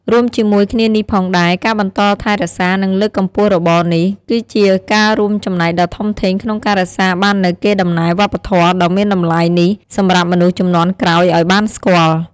រួមជាមួយគ្នានេះផងដែរ ការបន្តថែរក្សា និងលើកកម្ពស់របរនេះ គឺជាការរួមចំណែកដ៏ធំធេងក្នុងការរក្សាបាននូវកេរដំណែលវប្បធម៌ដ៏មានតម្លៃនេះសម្រាប់មនុស្សជំនាន់ក្រោយឲ្យបានស្គាល់។